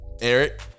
Eric